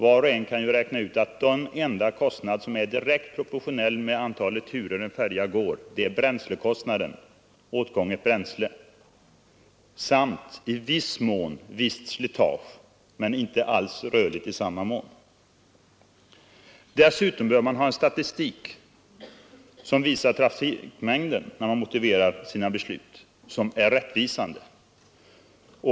Var och en kan räkna ut att den enda kostnad som är direkt proportionell mot det antal turer som en färja går är bränslekostnaden — samt i någon mån slitage, men den kostnaden är inte alls rörlig i samma mån. Dessutom bör man, när man motiverar ett sådant här beslut, ha en statistik över trafikmängden som är rättvisande.